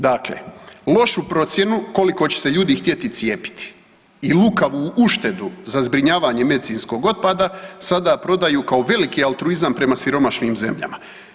Dakle, lošu procjenu koliko će se ljudi htjeti cijepiti i lukavu uštedu za zbrinjavanje medicinskog otpada sada prodaju kao veliki altruizam prema siromašnim zemljama.